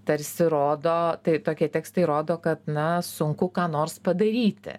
tarsi rodo tai tokie tekstai rodo kad na sunku ką nors padaryti